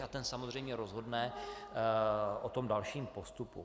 A ten samozřejmě rozhodne o tom dalším postupu.